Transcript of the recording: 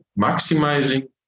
maximizing